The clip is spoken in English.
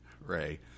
ray